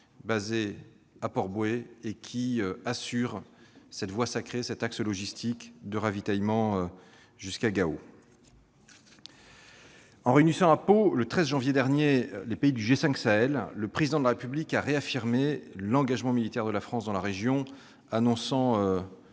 basées à Port-Bouët et qui sécurisent cette voie sacrée, cet axe logistique de ravitaillement jusqu'à Gao. En réunissant à Pau, le 13 janvier dernier, les pays du G5 Sahel, le Président de la République a réaffirmé l'engagement militaire de la France dans la région, annonçant